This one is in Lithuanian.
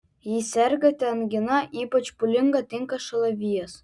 jei sergate angina ypač pūlinga tinka šalavijas